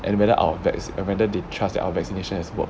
and whether our vaccine~ and whether they trust our vaccination has worked